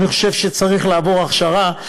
אני חושב שצריך לעבור הכשרה,